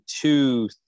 two